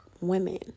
women